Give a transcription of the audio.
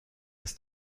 ist